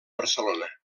barcelona